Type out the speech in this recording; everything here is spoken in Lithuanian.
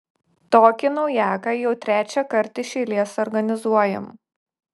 tokį naujaką jau trečiąkart iš eilės organizuojam